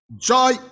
Joy